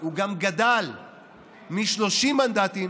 הוא גם גדל מ-30 מנדטים